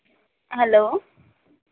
hello